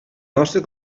nostre